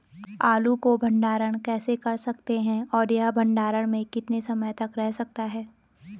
आलू को भंडारण कैसे कर सकते हैं और यह भंडारण में कितने समय तक रह सकता है?